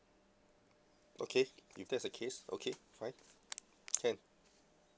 okay if that's the case okay fine can